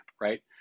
right